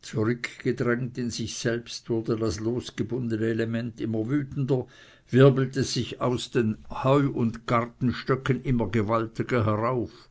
zurückgedrängt in sich selbst wurde das losgebundene element immer wütender wirbelte sich aus den heu und garbenstöcken immer gewaltiger herauf